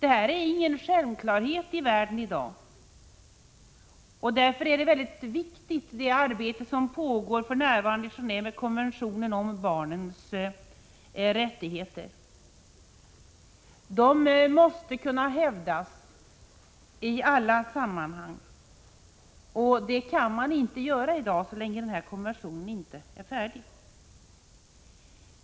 Det är ingen självklarhet i världen i dag. Därför är det arbete som för närvarande pågår i Gen&ve med konventionen om barnens rättigheter mycket viktigt. Barnens rättigheter måste kunna hävdas i alla sammanhang, men det kan man inte göra så länge denna konvention inte är färdig.